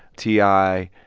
t i.